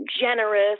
Generous